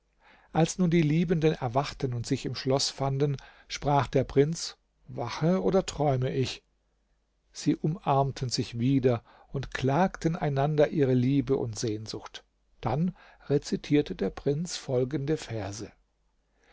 als nun die liebenden erwachten und sich im schloß fanden sprach der prinz wache oder träume ich sie umarmten sich wieder und klagten einander ihre liebe und sehnsucht dann rezitierte der prinz folgende verse